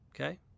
Okay